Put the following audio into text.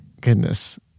Goodness